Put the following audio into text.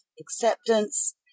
acceptance